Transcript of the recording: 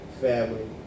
family